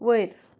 वयर